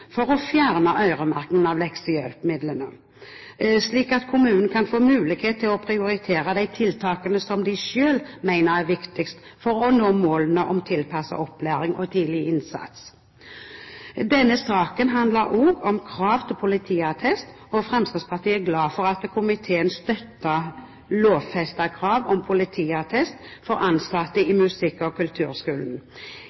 for å fjerne øremerkingen av leksehjelpmidlene, slik at kommunene kan få mulighet til å prioritere de tiltakene de selv mener er viktigst for å nå målene om tilpasset opplæring og tidlig innsats. Denne saken handler også om krav til politiattest. Fremskrittspartiet er glad for at komiteen støtter lovfesting av krav om politiattest for ansatte i